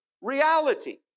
reality